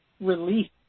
release